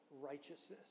righteousness